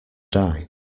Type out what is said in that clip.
die